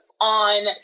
on